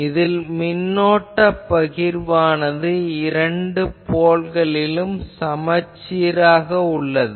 இதில் மின்னோட்டப் பகிர்வானது இரண்டு போல்களிலும் சமச்சீராக உள்ளது